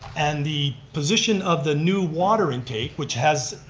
and the position of the new water intake, which has,